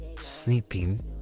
sleeping